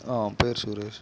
ஆ பேர் சுரேஷ்